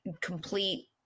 complete